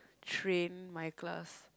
train my class